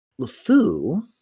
LeFou